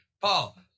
Paul